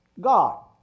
God